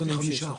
ואלכוהול.